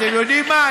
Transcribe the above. אתם יודעים מה?